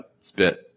spit